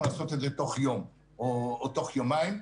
לעשות את זה תוך יום או תוך יומיים,